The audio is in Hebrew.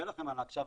עוד שאלה.